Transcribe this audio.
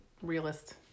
realist